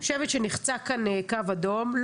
שנחצה כאן קו אדום.